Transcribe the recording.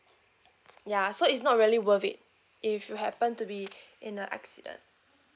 ya so it's not really worth it if you happen to be in a accident